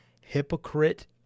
hypocrite